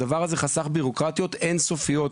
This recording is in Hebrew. הדבר הזה חסך בירוקרטיות אינסופיות.